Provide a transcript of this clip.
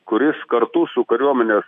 kuris kartu su kariuomenės